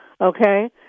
okay